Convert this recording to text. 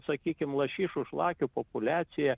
sakykim lašišų šlakių populiacija